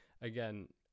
again